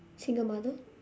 single mother